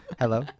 Hello